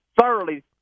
thoroughly